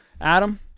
Adam